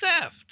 theft